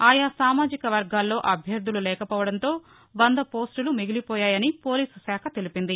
ఆయా సామాజిక వర్గాల్లో అభ్యర్థులు లేకపోవడంతో వంద పోస్టులు మిగిలిపోయాయని పోలీసు శాఖ తెలిపింది